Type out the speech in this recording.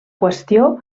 qüestió